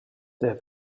der